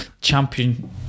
champion